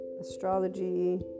astrology